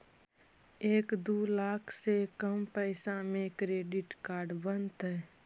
एक दू लाख से कम पैसा में क्रेडिट कार्ड बनतैय?